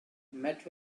met